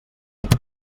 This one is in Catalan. rics